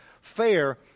fair